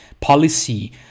policy